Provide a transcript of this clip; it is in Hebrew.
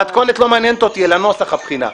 המתכונת לא מעניינת אותי אלא נוסח הבחינה.